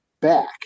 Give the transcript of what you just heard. back